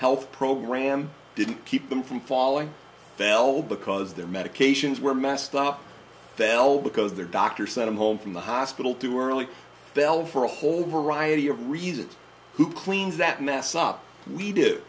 health program didn't keep them from falling fell because their medications were messed up fell because their doctor sent him home from the hospital too early bell for a whole variety of reasons who cleans that mess up we do